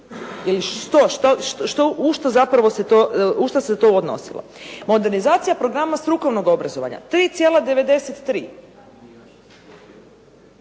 smo odustali od HNOS-a ili što, što, u što zapravo se to, u šta se to odnosilo? Modernizacija programa strukovnog obrazovanja. 3,93.